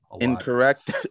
Incorrect